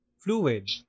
Fluid